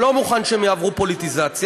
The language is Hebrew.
לא מוכן שהם יעברו פוליטיזציה.